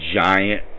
giant